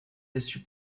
deste